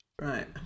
right